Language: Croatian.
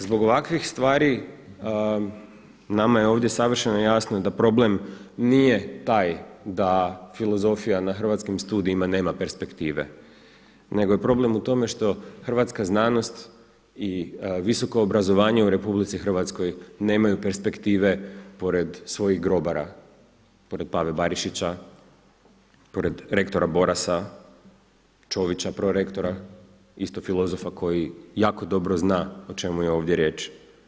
Zbog ovakvih stvari nama je ovdje savršeno jasno da problem nije taj da filozofija na Hrvatskim studijima nema perspektive, nego je problem u tome što hrvatska znanost i visoko obrazovanje u RH nemaju perspektive pored svojih grobara pored Pave Barišića, pored rektora Borasa, Ćovića prorektora isto filozofa koji jako dobro zna o čemu je ovdje riječ.